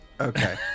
Okay